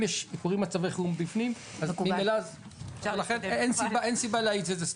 אם קורים מצבי חירום בפנים אז ממילא לכן אין סיבה להאיץ את זה סתם.